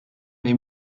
les